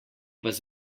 vas